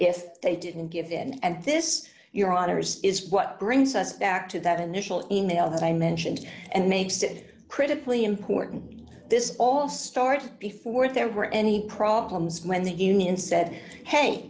if they didn't give in and this your honour's is what brings us back to that initial in mail that i mentioned and makes it critically important this all started before there were any problems when the union said hey